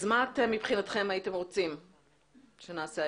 אז מה אתם, מבחינתכם, הייתם רוצים שנעשה היום?